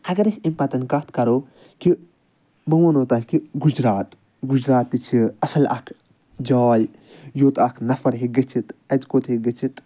اَگر أسۍ اَمہِ پَتہٕ کَتھ کرو کہِ بہٕ وَنو تۄہہِ کہِ گُجرات گُجرات تہِ چھُ اَصٕل اکھ جاے یوٚت اکھ نَفر ہیٚکہِ گٔژھِتھ اَتہِ کوٚت ہیٚکہِ گٔژھِتھ